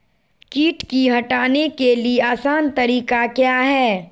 किट की हटाने के ली आसान तरीका क्या है?